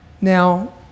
Now